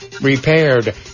repaired